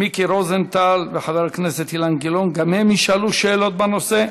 מיקי רוזנטל וחבר הכנסת אילן גילאון גם הם ישאלו שאלות בנושא.